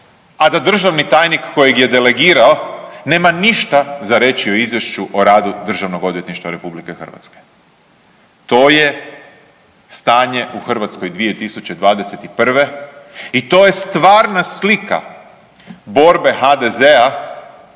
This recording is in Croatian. a da Državni tajnik kojeg je delegirao nema ništa za reći o Izvješću o radu Državnog odvjetništva Republike Hrvatske. To je stanje u Hrvatskoj tisuće dvadeset i prve, i to je stvarna slika borbe HDZ-a